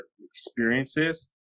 experiences